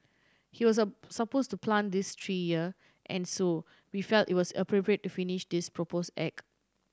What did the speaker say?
he was so suppose to plant this tree here and so we felt it was appropriate to finish this propose act